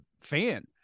fan